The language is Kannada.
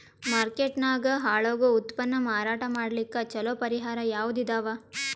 ಮಾರ್ಕೆಟ್ ನಾಗ ಹಾಳಾಗೋ ಉತ್ಪನ್ನ ಮಾರಾಟ ಮಾಡಲಿಕ್ಕ ಚಲೋ ಪರಿಹಾರ ಯಾವುದ್ ಇದಾವ?